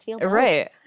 Right